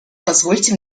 позвольте